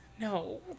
No